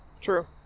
True